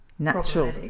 natural